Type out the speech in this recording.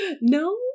No